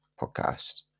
podcast